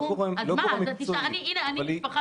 היא גורם